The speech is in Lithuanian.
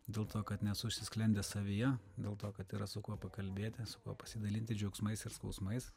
dėl to kad nesu užsisklendęs savyje dėl to kad yra su kuo pakalbėti su kuo pasidalinti džiaugsmais ir skausmais